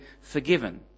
forgiven